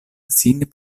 sin